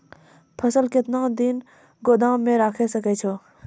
फसल केतना दिन गोदाम मे राखै सकै छौ?